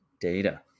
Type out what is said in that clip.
data